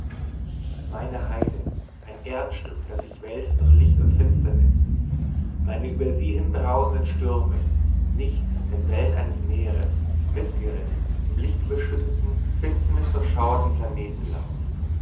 meine heide ein erdenstück das sich wälzt durch licht und finsternis meine über sie hinbrausenden stürme nichts denn wellen eines meers mitgerissen im lichtüberschütteten finsternisdurchschauerten